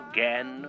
Again